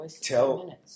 tell